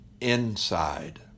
inside